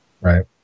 Right